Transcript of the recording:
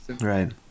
Right